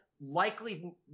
likely